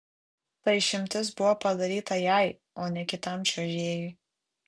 ta išimtis buvo padaryta jai o ne kitam čiuožėjui